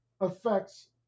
affects